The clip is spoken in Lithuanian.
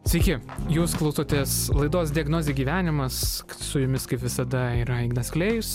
sveiki jūs klausotės laidos diagnozė gyvenimas su jumis kaip visada yra ignas klėjus